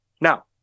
Now